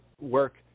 work